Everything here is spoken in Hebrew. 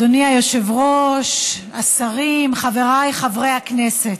אדוני היושב-ראש, השרים, חבריי חברי הכנסת,